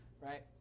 right